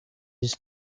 his